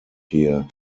here